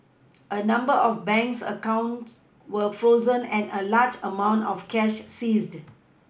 a number of banks accounts were frozen and a large amount of cash seized